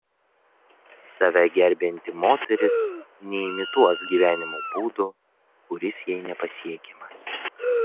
save gerbianti moteris neimituos gyvenimo būdo kuris jai nepasiekiamas